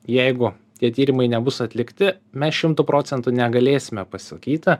jeigu tie tyrimai nebus atlikti mes šimtu procentų negalėsime pasakyti